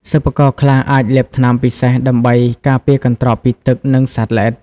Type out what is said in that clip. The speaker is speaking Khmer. សិប្បករខ្លះអាចលាបថ្នាំពិសេសដើម្បីការពារកន្ត្រកពីទឹក និងសត្វល្អិត។